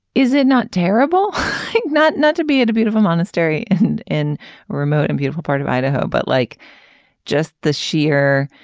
is it not terrible not not to be in a beautiful monastery and in remote and beautiful part of idaho but like just the sheer.